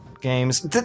Games